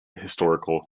historical